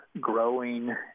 growing